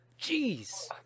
Jeez